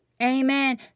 Amen